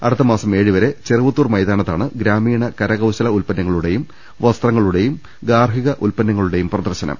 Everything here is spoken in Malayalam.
അടുത്ത മാസം ഏഴുവരെ ചെറുവത്തൂർ മൈതാനത്താണ് ഗ്രാമീണ കരകൌശല ഉൽപ്പന്നങ്ങളുടെയും വസ്ത്രങ്ങളുടെയും ഗാർഹിക ഉൽപ്പന്നങ്ങളുടെയും പ്രദർശനം